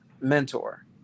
mentor